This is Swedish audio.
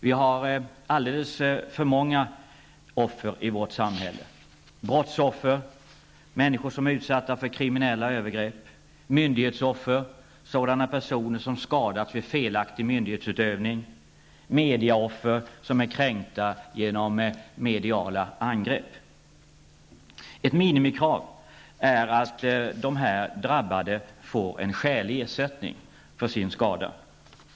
Vi har alldeles för många offer i vårt samhälle: brottsoffer, människor som har blivit utsatta för kriminella övergrepp, myndighetsoffer, sådana personer som har skadats vid felaktig myndighetsutövning samt medieoffer, som blivit kränkta genom mediala angrepp. Ett minimikrav är att de drabbade får en skälig ersättning för sin skada.